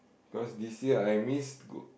cause this year I miss go